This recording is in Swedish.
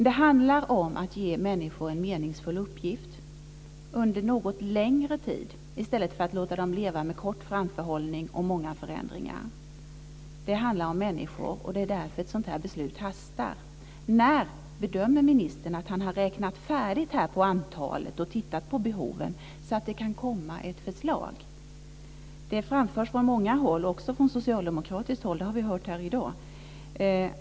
Det gäller att ge människor en meningsfull uppgift under något längre tid i stället för att låta dem leva med kort framförhållning och många förändringar. Det handlar om människor, och det är därför ett sådant beslut hastar. När bedömer ministern att han har räknat färdigt på antalet och tittat på behoven så att det kan komma ett förslag? Det framförs från många håll, och också från socialdemokratiskt håll. Det har vi hört här i dag.